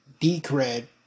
Decred